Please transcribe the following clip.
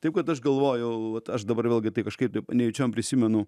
taip kad aš galvojau vat aš dabar vėlgi tai kažkaip taip nejučiom prisimenu